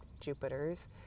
Jupiter's